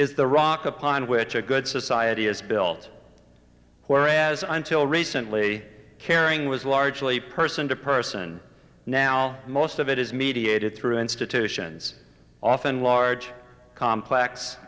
is the rock upon which a good society is built whereas until recently caring was largely person to person now most of it is mediated through institutions often large complex